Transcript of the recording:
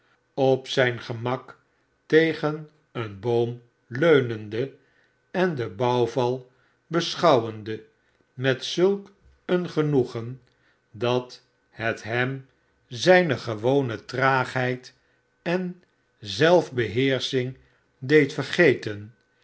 op zijn gemak tegen een boom leunende en den bouwval beschouwende met zulk een genoegen dat het hem zijne i barnaby rudge gewone traagheid en zelf beheersching deed vergeten